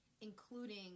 including